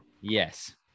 Yes